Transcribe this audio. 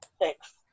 Thanks